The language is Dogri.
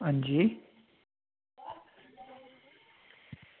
हां जी